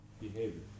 behavior